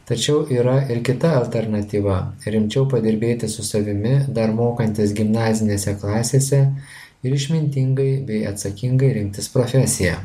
tačiau yra ir kita alternatyva rimčiau padirbėti su savimi dar mokantis gimnazinėse klasėse ir išmintingai bei atsakingai rinktis profesiją